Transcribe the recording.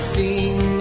sing